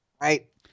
Right